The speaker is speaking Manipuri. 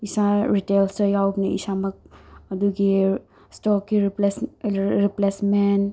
ꯏꯁꯥ ꯔꯤꯇꯦꯜꯁꯗ ꯌꯥꯎꯕꯅꯤ ꯏꯁꯥꯃꯛ ꯑꯗꯨꯒꯤ ꯏꯁꯇꯣꯛꯀꯤ ꯔꯤꯄꯂꯦꯁꯃꯦꯟ